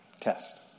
test